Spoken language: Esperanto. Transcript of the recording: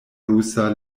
rusa